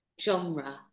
genre